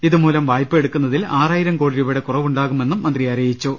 ഇതുമൂലം വായ്പയെടുക്കുന്നതിൽ ആറായിരം കോടിരൂപയുടെ കുറവുണ്ടാകുമെന്നും മന്ത്രി അറിയിച്ചു